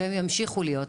וימשיכו להיות,